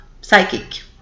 psychic